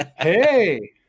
Hey